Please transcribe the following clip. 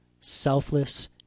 selfless